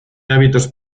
hábitos